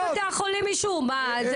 כל בתי החולים השהו.